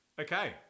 Okay